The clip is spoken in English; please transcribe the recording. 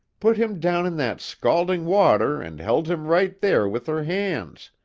put him down in that scalding water and held him right there with her hands,